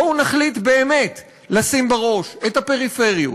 בואו נחליט באמת לשים בראש את הפריפריות,